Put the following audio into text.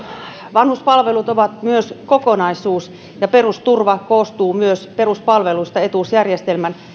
vanhuspalvelut ovat kokonaisuus ja perusturva koostuu myös peruspalveluista etuusjärjestelmän